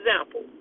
example